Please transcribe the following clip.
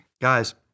Guys